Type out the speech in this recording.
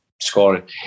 scoring